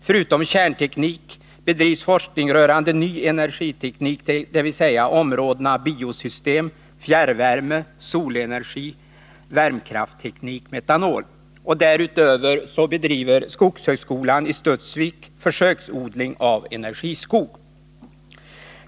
Förutom forskning om kärnteknik bedrivs forskning rörande ny energiteknik, dvs. områdena biosystem, fjärrvärme, solenergi, värmekraftteknik och metanol. Därutöver bedriver skogshögskolan i Studsvik försöksodling av energiskog.